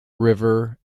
river